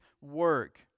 work